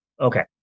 Okay